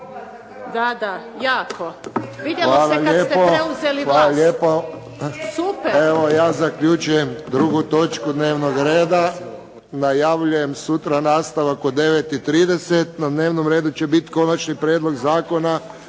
Da, da jako. **Friščić, Josip (HSS)** Hvala lijepo. Evo ja zaključujem drugu točku dnevnog reda. Najavljujem sutra nastavak od 9,30 na dnevnom redu će biti Konačni prijedlog Zakona